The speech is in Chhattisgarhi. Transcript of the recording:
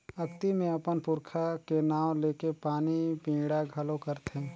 अक्ती मे अपन पूरखा के नांव लेके पानी पिंडा घलो करथे